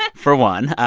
but for one.